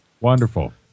Wonderful